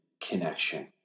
connection